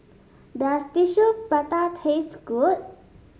does Tissue Prata taste good